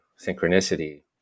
synchronicity